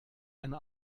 eine